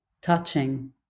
touching